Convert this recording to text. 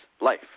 life